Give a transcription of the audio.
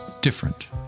different